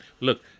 Look